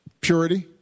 purity